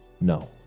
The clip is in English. no